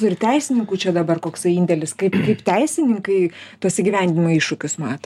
ir teisininkų čia dabar koksai indėlis kaip teisininkai tuos įgyvendinimo iššūkius mato